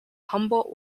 humboldt